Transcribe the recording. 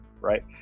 Right